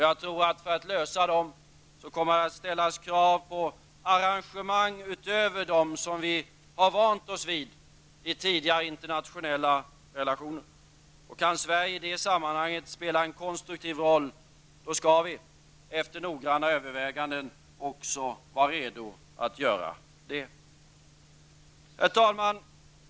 Att lösa dem kommer att ställa krav på arrangemang utöver dem som vi har vant oss vid i tidigare internationella relationer. Kan Sverige i det sammanhanget spela en konstruktiv roll skall vi, efter noggranna överväganden, också vara redo att göra det. Herr talman!